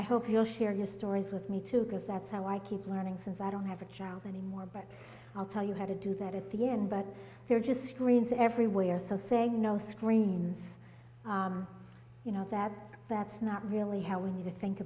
i hope you'll share your stories with me too because that's how i keep learning since i don't have a child anymore but i'll tell you how to do that at the end but there are just screens everywhere so saying no screens you know that that's not really how we need to think